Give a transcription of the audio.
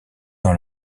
dans